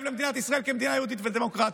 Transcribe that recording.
למדינת ישראל כמדינה יהודית ודמוקרטית.